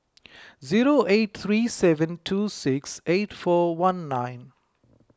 zero eight three seven two six eight four one nine